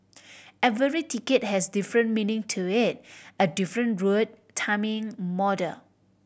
every ticket has different meaning to it a different route timing model